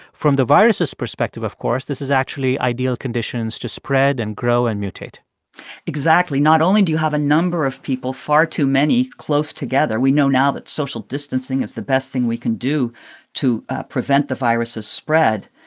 from the virus' perspective, of course, this is actually ideal conditions to spread and grow and mutate exactly. not only do you have a number of people far too many close together we know now that social distancing is the best thing we can do to prevent the virus' spread.